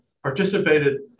Participated